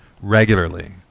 regularly